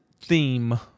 theme